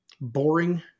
boring